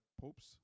Pope's